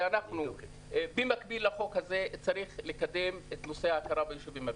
אומר שבמקביל לחוק הזה צריך לקדם את נושא ההכרה ביישובים הבדואים.